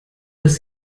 das